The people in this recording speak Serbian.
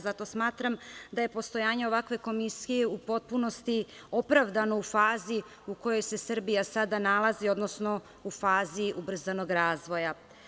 Zato smatram da je postojanje ovakve Komisije u potpunosti opravdano u fazi u kojoj se Srbija sada nalazi, odnosno u fazi ubrzanog razvoja.